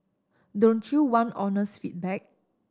don't you want honest feedback